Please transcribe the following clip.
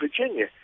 Virginia